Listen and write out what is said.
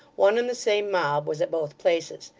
one and the same mob was at both places.